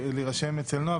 להירשם אצל נועה,